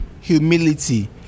humility